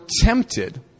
tempted